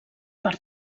per